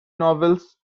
novels